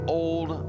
old